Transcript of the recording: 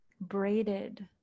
braided